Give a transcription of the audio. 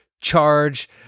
charge